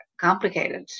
complicated